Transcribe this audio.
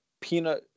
peanut